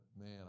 man